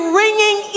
ringing